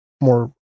more